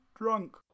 drunk